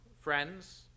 friends